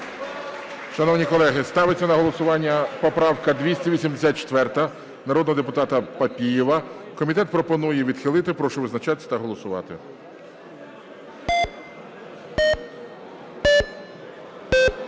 Шановні колеги, ставиться на голосування поправка 284 народного депутата Папієва. Комітет пропонує відхилити. Прошу визначатись та голосувати. 14:43:59 За-79